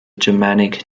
germanic